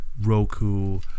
Roku